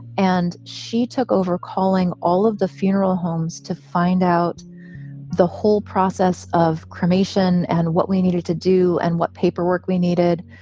and she took over calling all of the funeral homes to find out the whole process of cremation and what we needed to do and what paperwork we needed.